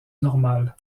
normal